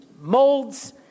molds